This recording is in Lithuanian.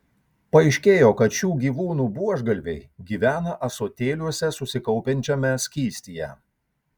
paaiškėjo kad šių gyvūnų buožgalviai gyvena ąsotėliuose susikaupiančiame skystyje